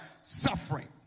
suffering